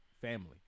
family